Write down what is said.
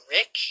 Rick